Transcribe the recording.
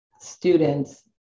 students